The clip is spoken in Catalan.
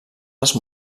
els